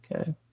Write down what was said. Okay